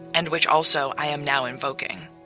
and which also i am now invoking.